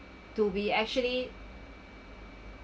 to be actually